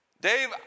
Dave